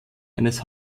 eines